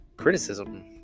Criticism